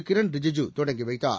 கிரண் ரிஜிஜூ தொடங்கி வைத்தார்